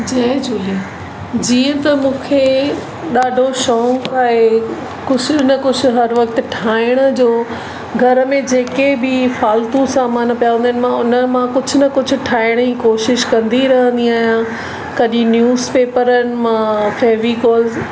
जय झूले जीअं त मूंखे ॾाढो शौंक़ु आहे कुझु न कुझु हर वक़्तु ठाहिण जो घर में जेके बि फालतू समानु पिया हूंदा आहिनि मां उन मां कुझु न कुझु ठाहिण जी कोशिशि कंदी रहंदी आहियां कॾहिं न्यूज़ पेपरनि मां फेविकोल